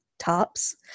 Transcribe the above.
tops